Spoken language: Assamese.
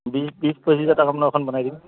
বি বিছ পঁচিছ হাজাৰ টকামানত এখন বনাই দিম